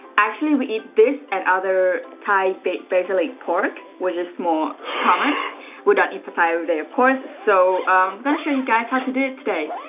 actually we eat this and other thai but basil pork which is more common we don't eat pad thai everyday of course. so i'm gonna show you guys how to do it today.